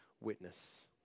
witness